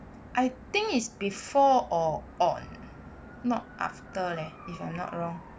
I think is before or on not after leh if I'm not wrong